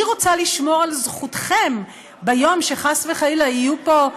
אני רוצה לשמור על זכותכם ביום שחס וחלילה יהיו פה,